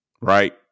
Right